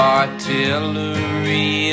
artillery